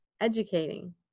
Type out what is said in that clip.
educating